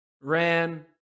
ran